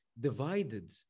divided